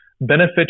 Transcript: benefit